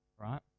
right